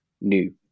new